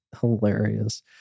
hilarious